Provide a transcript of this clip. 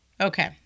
Okay